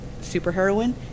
superheroine